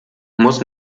muss